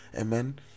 amen